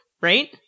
right